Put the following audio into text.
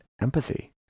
empathy